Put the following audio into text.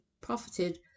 profited